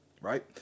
right